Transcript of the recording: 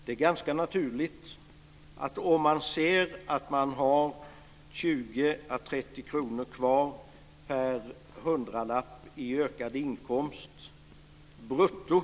Det är ganska naturligt att det hämmar arbetsviljan om man ser att man har 20-30 kr kvar per hundralapp i ökad inkomst brutto.